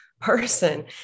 person